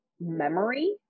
memory